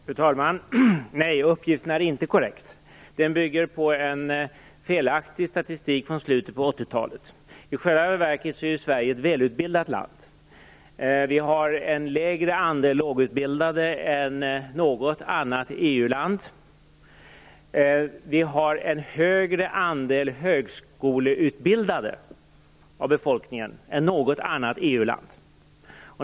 Fru talman! Nej, uppgiften är inte korrekt. Den bygger på en felaktig statistik från slutet på 80-talet. I själva verket är Sverige ett välutbildat land. Vi har en mindre andel lågutbildade än något annat EU land. Vi har en större andel högskoleutbildade av befolkningen än något annat EU-land.